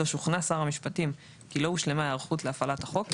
או שוכנע שר המשפטים כי לא הושלמה היערכות להפעלת החוק,